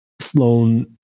sloan